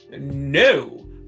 no